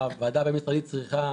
שהוועדה הבין משרדית צריכה,